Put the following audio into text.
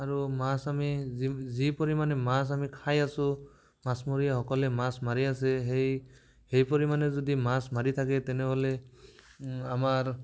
আৰু মাছ আমি যি যি পৰিমাণে মাছ আমি খাই আছোঁ মাছমৰীয়াসকলে মাছ মাৰি আছে সেই সেই পৰিমাণে যদি মাছ মাৰি থাকে তেনেহ'লে আমাৰ